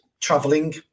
traveling